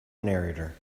narrator